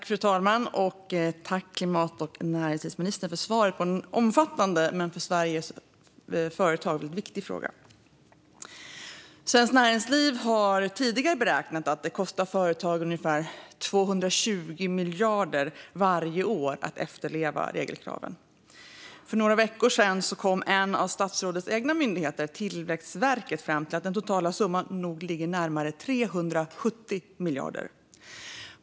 Fru talman! Tack till energi och näringsministern för svaret på en omfattande men för Sveriges företag viktig fråga! Svenskt Näringsliv har tidigare beräknat att det kostar företagen ungefär 220 miljarder varje år att efterleva regelkraven. För några veckor sedan kom Tillväxtverket, en av statsrådets egna myndigheter, fram till att den totala summan nog ligger närmare 370 miljarder.